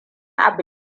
abu